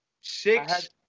Six